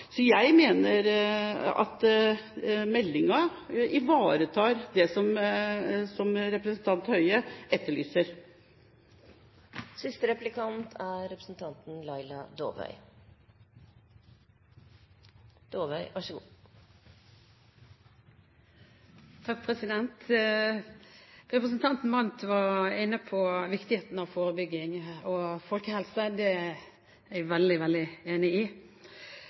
Så jeg mener at meldingen ivaretar det som representanten Høie etterlyser. Representanten Mandt var inne på viktigheten av forebygging og folkehelse. Det er jeg veldig enig i.